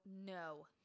no